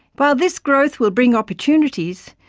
while this growth will bring opportunities,